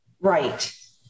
Right